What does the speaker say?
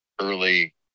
early